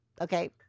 Okay